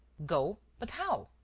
go? but how?